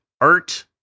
art